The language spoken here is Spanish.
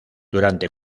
durante